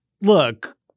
look—